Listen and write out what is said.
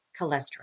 cholesterol